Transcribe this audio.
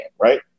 right